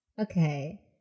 Okay